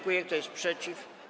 Kto jest przeciw?